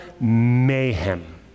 mayhem